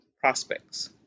prospects